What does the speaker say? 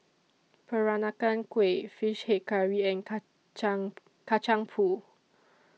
Peranakan Kueh Fish Head Curry and Kacang Kacang Pool